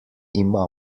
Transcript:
ima